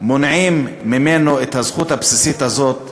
מונעים ממנו את הזכות הבסיסית הזאת,